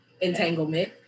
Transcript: entanglement